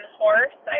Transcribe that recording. horse